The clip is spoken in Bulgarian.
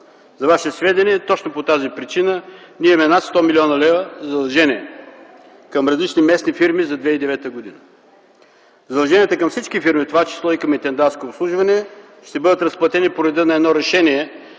За Ваше сведение, точно по тази причина ние имаме над 100 млн. лв. задължения към различни местни фирми за 2009 г. Задълженията към всички фирми, в това число и към „Интендантско обслужване” ЕАД ще бъдат разплатени по реда на едно решение